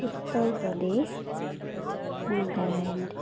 Uttar Pradesh Nagaland